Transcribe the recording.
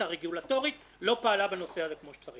הרגולטורית לא פעלה בנושא הזה כפי שצריך.